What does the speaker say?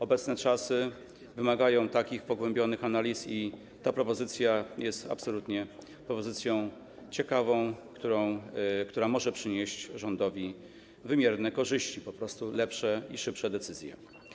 Obecne czasy wymagają takich pogłębionych analiz i ta propozycja jest absolutnie propozycją ciekawą, która może przynieść rządowi wymierne korzyści, chodzi po prostu o lepsze i szybsze decyzje.